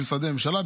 במשרדי ממשלה,